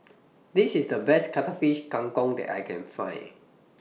This IS The Best Cuttlefish Kang Kong that I Can Find